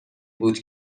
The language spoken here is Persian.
بود